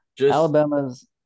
Alabama's